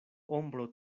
ombro